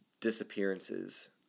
disappearances